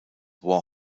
war